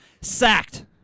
Sacked